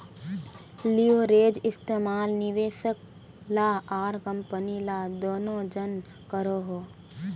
leverage इस्तेमाल निवेशक ला आर कम्पनी ला दनोह जन करोहो